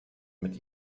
mit